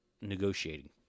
negotiating